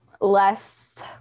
less